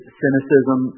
cynicism